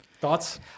Thoughts